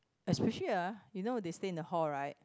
especially ah you know they stay in the hall right